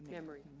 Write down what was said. memory.